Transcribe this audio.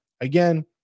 again